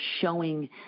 showing